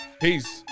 Peace